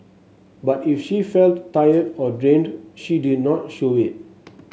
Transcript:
but if she felt tired or drained she did not show it